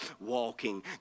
walking